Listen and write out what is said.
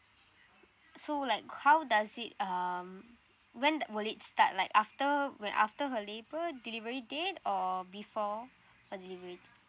so like how does it um when th~ will it start like after when after her labour delivery date or before her delivery